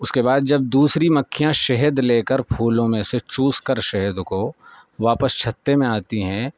اس کے بعد جب دوسری مکھیاں شہد لے کر پھولوں میں سے چوس کر شہد کو واپس چھتے میں آتی ہیں